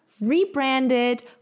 rebranded